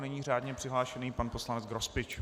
Nyní řádně přihlášený pan poslanec Grospič.